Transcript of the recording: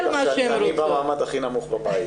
אני יכול להגיד לך שאני במעמד הכי נמוך בבית.